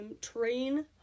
train